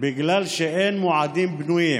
בגלל שאין מועדים פנויים.